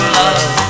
love